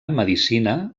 medicina